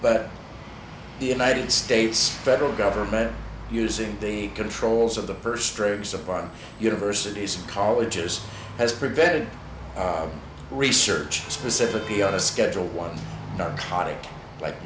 but the united states federal government using the controls of the first drugs upon universities and colleges has prevented research specifically on a schedule one narcotic like